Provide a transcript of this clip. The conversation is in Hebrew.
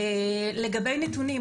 לגבי נתונים,